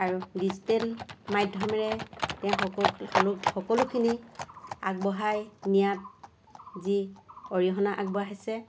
আৰু ডিজিটেল মাধ্যমেৰে তেওঁ সক সকলোখিনি আগবঢ়াই নিয়াত যি অৰিহণা আগবঢ়াইছে